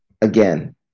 Again